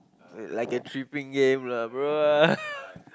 like a tripping game lah bro